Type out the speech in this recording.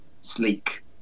sleek